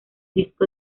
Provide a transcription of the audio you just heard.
disco